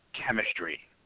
chemistry